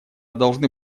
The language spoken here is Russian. должны